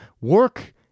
work